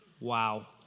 wow